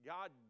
God